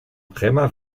krämer